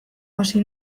hasi